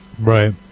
Right